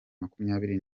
makumyabiri